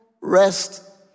rest